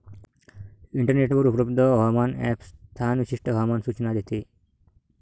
इंटरनेटवर उपलब्ध हवामान ॲप स्थान विशिष्ट हवामान सूचना देते